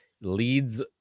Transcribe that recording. leads